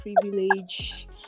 privilege